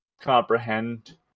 comprehend